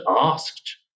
asked